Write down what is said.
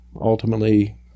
ultimately